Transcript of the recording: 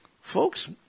Folks